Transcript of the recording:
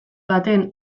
baten